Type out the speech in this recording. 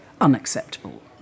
unacceptable